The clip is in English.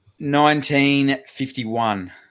1951